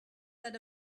that